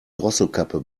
drosselklappe